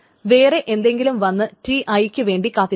വേറെ എന്തെങ്കിലും വന്ന് Ti ക്ക് വേണ്ടി കാത്തിരിക്കും